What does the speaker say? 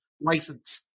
license